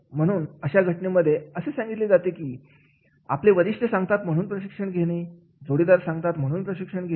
म्हणून अशा घटनेमध्ये असे सांगितले जाते की आपले वरिष्ठ सांगतात म्हणून प्रशिक्षण घेणे जोडीदार सांगतात म्हणून प्रशिक्षण घेणे